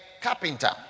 carpenter